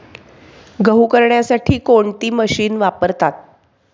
गहू करण्यासाठी कोणती मशीन वापरतात?